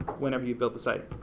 whenever you build the site.